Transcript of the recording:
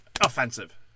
offensive